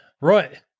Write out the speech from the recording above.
Right